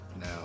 Now